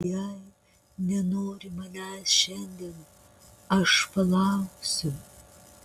jei nenori manęs šiandien aš palauksiu